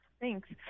Thanks